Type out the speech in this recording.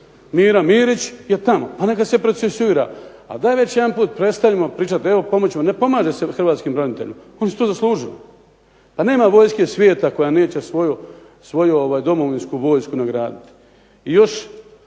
Mira Mirić je tamo, pa neka se procesuira. Ali daj već jedanput prestanimo pričati evo pomoći ćemo. Ne pomaže se hrvatskim braniteljima, oni su to zaslužili. Pa nema vojske svijeta koja neće svoju domovinsku vojsku nagraditi. I još